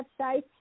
website